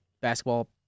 basketball